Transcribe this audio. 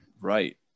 Right